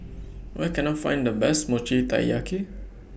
Where Can I Find The Best Mochi Taiyaki